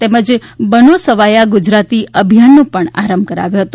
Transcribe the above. તેમજ બનો સવાયા ગુજરાતી અભિયાનનો પણ આરંભ કરાવ્યો હતો